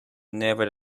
never